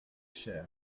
cher